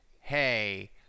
hey